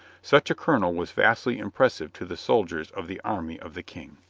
such a colonel was vastly impressive to the soldiers of the army of the king.